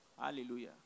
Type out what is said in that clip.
Hallelujah